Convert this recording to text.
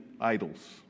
idols